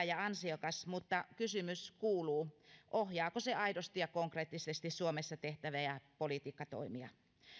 ja ansiokas mutta kysymys kuuluu ohjaako se aidosti ja konkreettisesti suomessa tehtäviä politiikkatoimia